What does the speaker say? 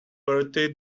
bertie